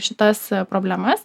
šitas problemas